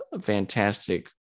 fantastic